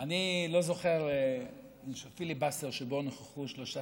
אני לא זוכר פיליבסטר שבו נכחו שלושה